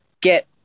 get